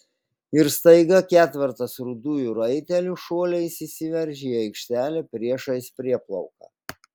ir staiga ketvertas rudųjų raitelių šuoliais įsiveržė į aikštelę priešais prieplauką